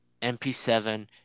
MP7